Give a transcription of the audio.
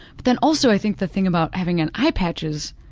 but then also i think the thing about having an eye patch is,